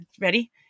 Ready